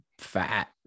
fat